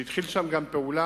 שהתחיל שם פעולה